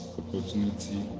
opportunity